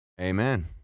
Amen